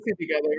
together